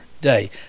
day